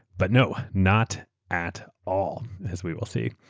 but no, not at all as we will see.